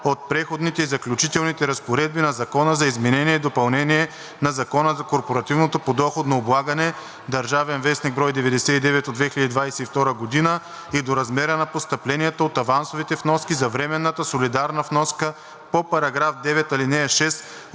от Преходните и заключителните разпоредби на Закона за изменение и допълнение на Закона за корпоративното подоходно облагане (ДВ., бр. 99 от 2022 г.) и до размера на постъплението от авансовите вноски за временната солидарна вноска по § 9, ал. 6